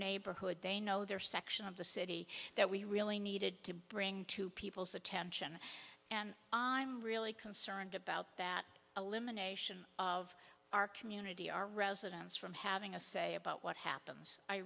neighborhood they know their section of the city that we really needed to bring to people's attention and i'm really concerned about that elimination of our community our residents from having a say about what happens i